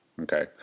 okay